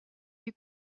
you